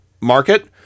market